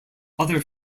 other